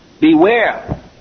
Beware